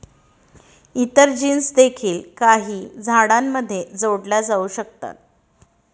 इतर जीन्स देखील काही झाडांमध्ये जोडल्या जाऊ शकतात